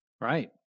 Right